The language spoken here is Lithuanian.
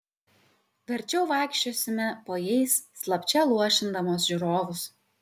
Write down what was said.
verčiau vaikščiosime po jais slapčia luošindamos žiūrovus